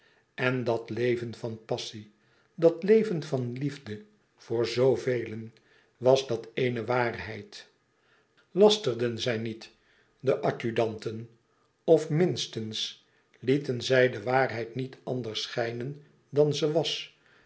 en dat leven van passie dat leven van liefde voor zoovelen was dat een waarheid lasterden zij niet de adju e ids aargang of minstens lieten zij de waarheid niet anders schijnen dan ze was